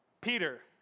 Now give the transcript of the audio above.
Peter